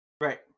Right